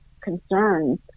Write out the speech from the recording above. concerns